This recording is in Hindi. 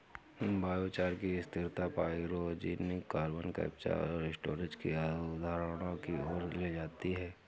बायोचार की स्थिरता पाइरोजेनिक कार्बन कैप्चर और स्टोरेज की अवधारणा की ओर ले जाती है